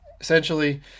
essentially